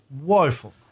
woeful